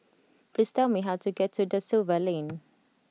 please tell me how to get to Da Silva Lane